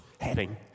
heading